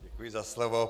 Děkuji za slovo.